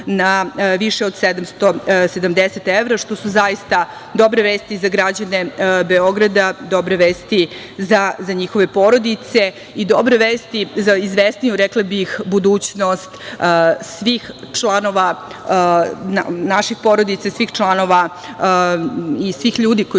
na više od 770 evra, što su zaista dobre vesti za građane Beograda, dobre vesti za njihove porodice i dobre vesti za, rekla bih, izvesniju budućnost svih članova naših porodica i svih ljudi koji